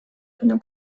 günü